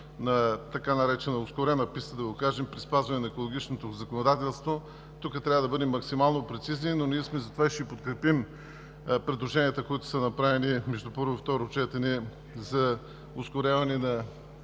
на така наречената „ускорена писта“, да го кажем при спазване на екологичното законодателство. Тук трябва да бъдем максимално прецизни, но ние сме затова и ще подкрепим предложенията, които са направени между първо и второ четене, за ускоряване на